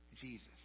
Jesus